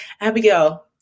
Abigail